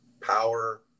power